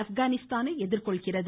்ப்கானிஸ்தானை எதிர்கொள்கிறது